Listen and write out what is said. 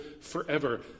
forever